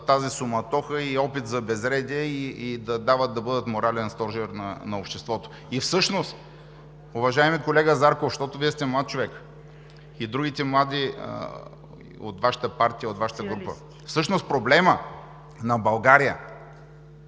тази суматоха и опит за безредие и да бъдат морален стожер на обществото? Всъщност, уважаеми колега Зарков – защото Вие сте млад човек и другите млади от Вашата партия, от Вашата група, всъщност проблемът на България